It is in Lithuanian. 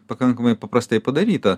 pakankamai paprastai padaryta